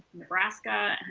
nebraska,